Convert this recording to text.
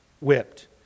whipped